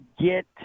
get